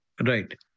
Right